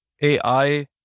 AI